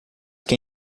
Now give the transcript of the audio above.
que